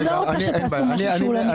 אני לא רוצה שתעשו משהו שהוא לא מקצועי.